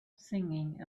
singing